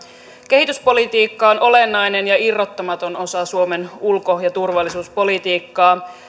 kehityspolitiikka on olennainen ja irrottamaton osa suomen ulko ja turvallisuuspolitiikkaa